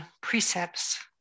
precepts